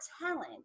talent